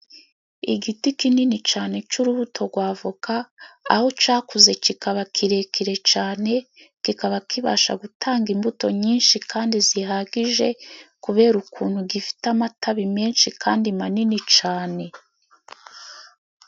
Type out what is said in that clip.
Igiti kinini cyane cy'urubuto rwa voka, aho cyakuze kikaba kirekire cyane, kikaba kibasha gutanga imbuto nyinshi kandi zihagije, kubera ukuntu gifite amatabi menshi kandi manini cyane.